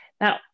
Now